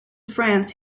france